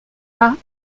pas